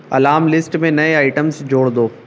alarm list میں نئے items جوڑ دو